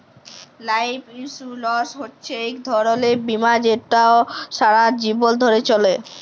life insurance হছে ইক ধরলের বীমা যেট সারা জীবল ধ্যরে চলে